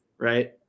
right